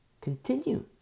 continue